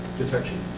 detection